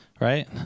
Right